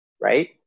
right